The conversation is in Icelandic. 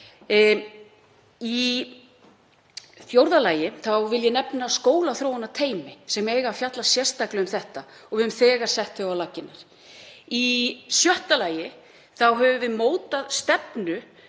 Í fjórða lagi vil ég nefna skólaþróunarteymi sem eiga að fjalla sérstaklega um þetta og við höfum þegar sett þau á laggirnar. Í fimmta lagi höfum við mótað stefnu